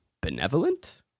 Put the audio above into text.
benevolent